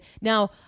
now